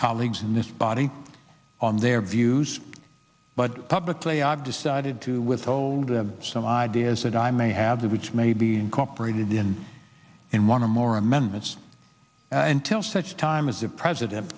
colleagues in this body on their views but publicly i've decided to withhold the some ideas that i may have that which may be incorporated in in one or more amendments until such time as the president